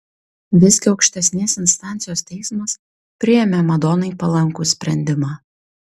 visgi aukštesnės instancijos teismas priėmė madonai palankų sprendimą